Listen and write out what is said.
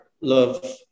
love